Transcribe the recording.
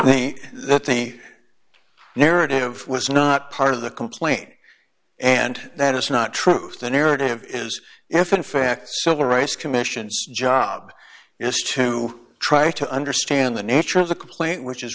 they that the narrative was not part of the complaint and that is not truth the narrative is if in fact civil rights commissions job is to try to understand the nature of the complaint which is